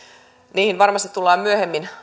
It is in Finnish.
niihin varmasti tullaan myöhemmin